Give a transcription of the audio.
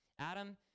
Adam